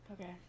Okay